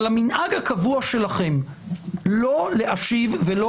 אבל המנהג הקבוע שלכם לא להשיב ולא